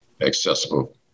accessible